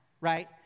right